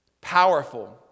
powerful